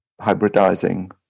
hybridizing